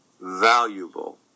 valuable